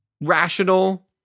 rational